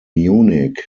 munich